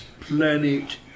Planet